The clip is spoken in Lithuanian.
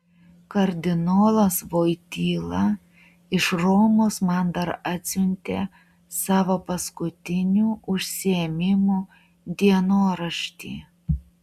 kardinolas voityla iš romos man dar atsiuntė savo paskutinių užsiėmimų dienoraštį